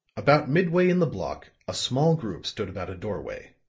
about midway in the block a small group stood about a doorway